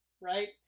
right